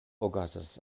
okazas